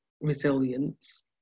resilience